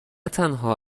تنها